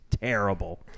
terrible